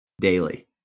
daily